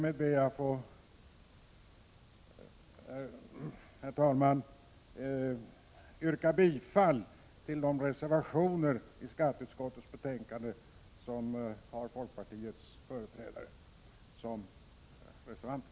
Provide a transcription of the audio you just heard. Med detta ber jag att få yrka bifall till de reservationer som folkpartiets företrädare har fogat till skatteutskottets betänkande.